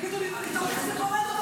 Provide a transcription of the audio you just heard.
תגידו לי, איך זה קורה דבר כזה?